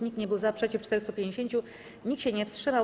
Nikt nie był za, przeciw - 450, nikt się nie wstrzymał.